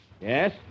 Yes